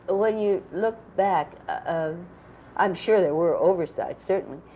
ah when you look back, ah i'm sure there were oversights, certainly,